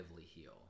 heal